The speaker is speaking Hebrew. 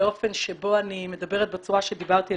באופן שבו אני מדברת בצורה שדיברתי אל